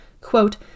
quote